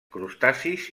crustacis